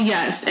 Yes